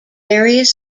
various